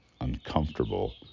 uncomfortable